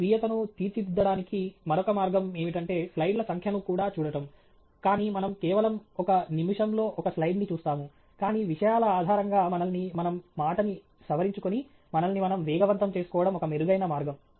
మీ స్వీయతను తీర్చిదిద్దడానికి మరొక మార్గం ఏమిటంటే స్లైడ్ల సంఖ్యను కూడా చూడటం కానీమనం కేవలం ఒక నిమిషం లో ఒక స్లయిడ్ ని చూస్తాము కానీ విషయాల ఆధారంగా మనల్ని మనం మాటని సవరించుకొని మనల్ని మనం వేగవంతం చేసుకోవడం ఒక మెరుగైన మార్గం